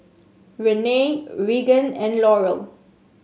Renee Regan and Laurel